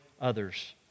others